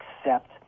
accept